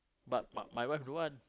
but my my wife don't want